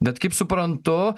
bet kaip suprantu